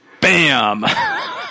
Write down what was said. bam